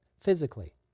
physically